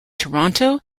toronto